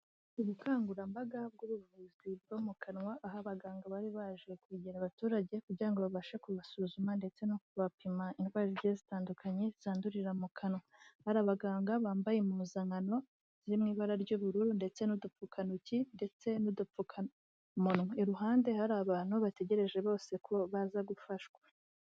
Ubukangurambaga bw'ubuvuzi bwo mu kanwa, aho abaganga bari baje kwegera abaturage kugira ngo babashe kubasuzuma ndetse no kubapima indwara zigiye zitandukanye zandurira mu kanwa. Hari abaganga bambaye impuzankano ziri mu ibara ry'ubururu ndetse n'udupfukantoki ndetse n'udupfukamunwa. Iruhande hari abantu bategereje bose ko baza gufashwa.